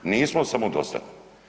Nismo samodostatni.